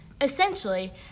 Essentially